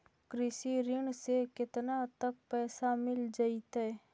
कृषि ऋण से केतना तक पैसा मिल जइतै?